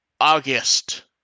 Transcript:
August